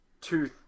two